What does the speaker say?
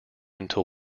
until